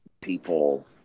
people